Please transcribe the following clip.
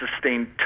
sustained